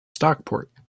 stockport